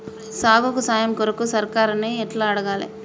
సాగుకు సాయం కొరకు సర్కారుని ఎట్ల అడగాలే?